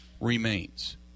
remains